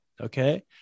Okay